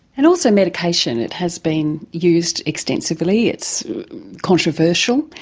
and also medication. it has been used extensively, it's controversial